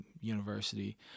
university